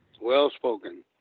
Well-spoken